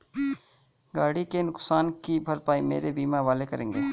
गाड़ी के नुकसान की भरपाई मेरे बीमा वाले करेंगे